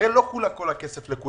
הרי לא כל הכסף לכולם,